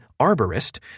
arborist